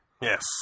Yes